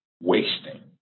wasting